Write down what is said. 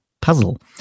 puzzle